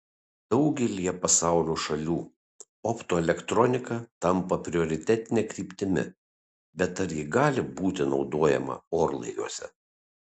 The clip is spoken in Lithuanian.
daugelyje pasaulio šalių optoelektronika tampa prioritetine kryptimi bet ar ji gali būti naudojama orlaiviuose